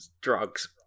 drugs